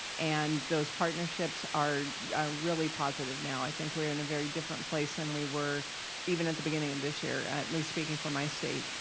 and those partnerships are really positive now. i think we're in a very different place than we were even at the beginning of this year. at least speaking for my state.